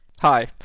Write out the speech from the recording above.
Hi